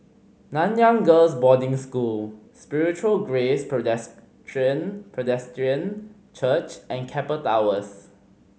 Nanyang Girls' Boarding School Spiritual Grace Presbyterian Church and Keppel Towers